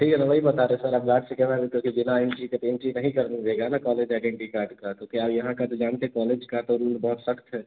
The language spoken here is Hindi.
ठीक है तो वहीं बता रहें सर आप गार्ड्स से कहना हेल्प कर दीजिए ना एंट्री का तो वह एंट्री नहीं करने देगा ना कॉलेज आइडेंटि कार्ड का तो क्या यहाँ का तो जानते कॉलेज का तो रूल बहुत सख़्त है